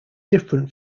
different